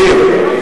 מסיר.